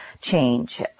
change